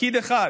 פקיד אחד,